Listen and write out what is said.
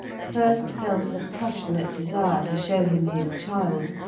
first felt a passionate desire to show him his child,